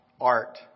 art